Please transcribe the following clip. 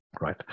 Right